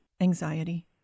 anxiety